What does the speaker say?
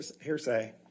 hearsay